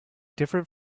different